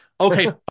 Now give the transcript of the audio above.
okay